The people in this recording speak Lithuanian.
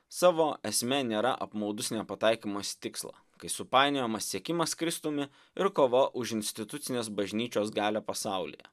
savo esme nėra apmaudus nepataikymas į tikslą kai supainiojamas sekimas kristumi ir kova už institucinės bažnyčios galią pasaulyje